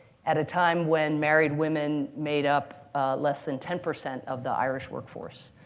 at a time when married women made up less than ten percent of the irish workforce.